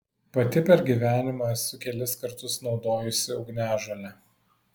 pati per gyvenimą esu kelis kartus naudojusi ugniažolę